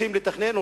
הולכים לתכנן,